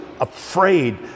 afraid